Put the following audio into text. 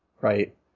right